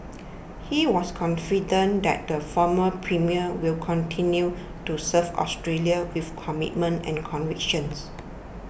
he was confident that the former premier will continue to serve Australia with commitment and convictions